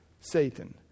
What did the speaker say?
Satan